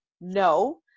No